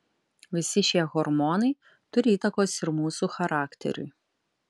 visi šie hormonai turi įtakos ir mūsų charakteriui